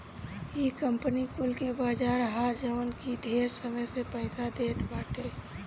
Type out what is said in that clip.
इ कंपनी कुल के बाजार ह जवन की ढेर समय ले पईसा देत बाटे